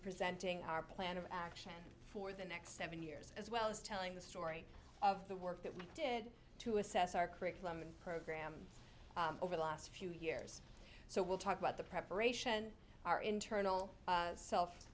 presenting our plan of action for the next seven years as well as telling the story of the work that we did to assess our curriculum and program over the last few years so we'll talk about the preparation our internal self